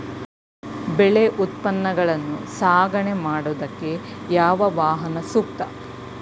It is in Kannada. ಬೆಳೆ ಉತ್ಪನ್ನಗಳನ್ನು ಸಾಗಣೆ ಮಾಡೋದಕ್ಕೆ ಯಾವ ವಾಹನ ಸೂಕ್ತ?